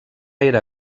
era